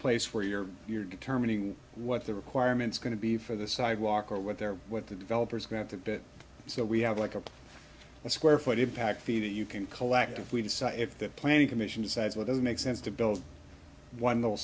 place where you're you're determining what the requirements going to be for the sidewalk or what they're what the developers grant that so we have like a square foot impact feet you can collectively decide if that planning commission decides what doesn't make sense to build one little